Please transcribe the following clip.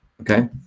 okay